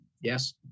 Yes